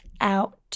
out